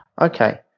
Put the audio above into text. okay